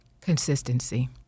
Consistency